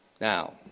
Now